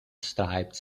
stripes